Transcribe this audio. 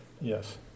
Yes